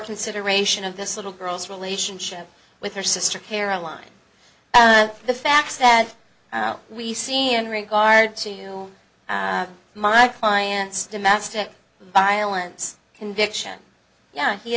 consideration of this little girl's relationship with her sister caroline the facts that we see in regard to my client's domestic violence conviction yeah he